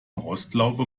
rostlaube